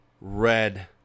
red